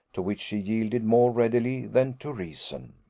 to which he yielded more readily than to reason.